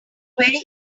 very